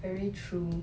very true